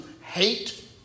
hate